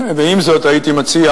ועם זאת הייתי מציע,